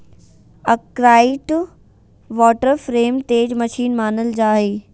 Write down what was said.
Arkwright water frame तेज machine मानल जा हई